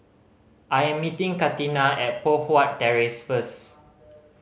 I am meeting Katina at Poh Huat Terrace first